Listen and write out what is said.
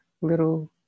little